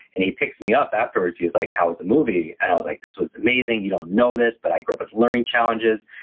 and he picks me up afterwards, he was like, how was the movie? and i was like, this was amazing. you don't know this but i grew up with learning challenges,